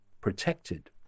protected